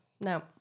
No